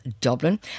Dublin